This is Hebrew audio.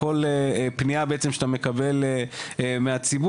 כל פנייה בעצם שאתה מקבל מהציבור,